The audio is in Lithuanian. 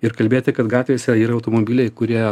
ir kalbėti kad gatvėse yra automobiliai kurie